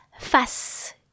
face